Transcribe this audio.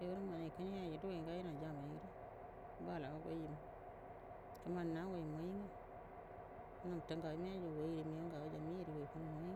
yagəram nganai ngə kəne yajiji dugoi gajijinau jammaiga bala hugaije kəmani nagoi maiji nga nabtu ngagoima yajugu goi migau ngagai jammai yarigai funu mayi